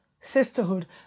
sisterhood